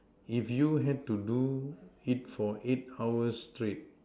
if you had to do it for eight hour straight